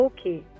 Okay